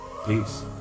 Please